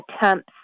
attempts